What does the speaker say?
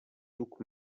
tuk